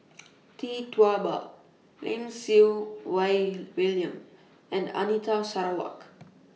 Tee Tua Ba Lim Siew Wai William and Anita Sarawak